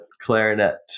clarinet